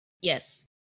yes